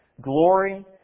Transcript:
glory